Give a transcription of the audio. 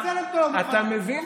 אפילו על בצלם אתה לא מוכן,